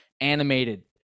animated